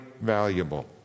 valuable